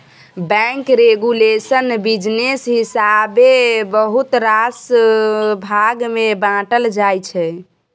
bank regulation business हिसाबेँ बहुत रास भाग मे बाँटल जाइ छै